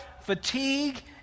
fatigue